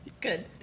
Good